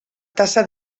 tassa